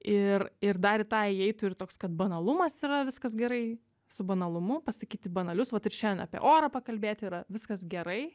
ir ir dar į tą įeitų ir toks kad banalumas yra viskas gerai su banalumu pasakyti banalius vat ir šiandien apie orą pakalbėti yra viskas gerai